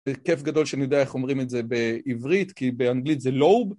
זה כיף גדול שאני יודע איך אומרים את זה בעברית, כי באנגלית זה lobe.